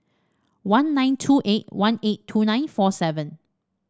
one nine two eight one eight two nine four seven